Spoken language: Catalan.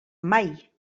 mai